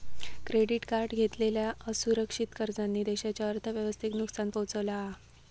credit card घेतलेल्या असुरक्षित कर्जांनी देशाच्या अर्थव्यवस्थेक नुकसान पोहचवला हा